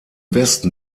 westen